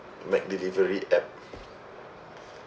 McDelivery app